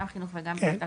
גם חינוך וגם הבריאות.